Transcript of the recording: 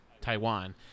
Taiwan